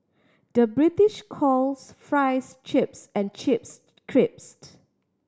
the British calls fries chips and chips crisps